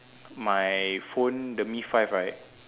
my phone the mi-five right